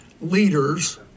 leaders